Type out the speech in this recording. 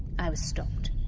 i was stopped.